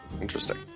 Interesting